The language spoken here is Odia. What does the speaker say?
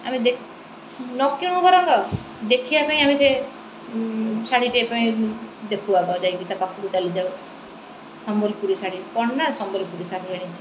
ଆମେ ଦେଖ ନ କିଣୁ ଘର ଦେଖିବା ପାଇଁ ଆମେ ସେ ଶାଢ଼ୀଟିଏ ପାଇଁ ଦେଖୁ ଆଗ କ'ଣ ଯାଇକି ତା ପାଖକୁ ଚାଲି ଯାଉ ସମ୍ବଲପୁରୀ ଶାଢ଼ୀ କ'ଣ ନା ସମ୍ବଲପୁରୀ ଶାଢ଼ୀ କିଣିଛୁ